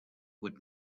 would